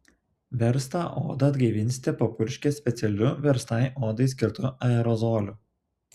verstą odą atgaivinsite papurškę specialiu verstai odai skirtu aerozoliu